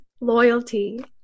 Loyalty